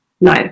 No